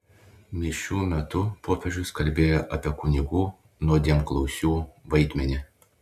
mišių metu popiežius kalbėjo apie kunigų nuodėmklausių vaidmenį